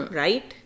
right